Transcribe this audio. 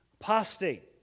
apostate